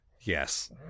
Yes